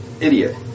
idiot